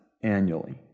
annually